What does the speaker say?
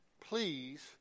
please